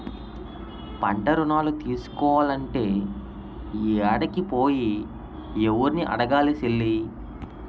పంటరుణాలు తీసుకోలంటే యాడికి పోయి, యెవుర్ని అడగాలి సెల్లీ?